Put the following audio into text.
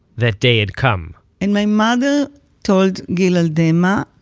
that day had come and my mother told gil aldema,